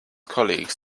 colleagues